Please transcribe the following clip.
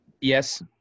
Yes